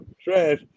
trash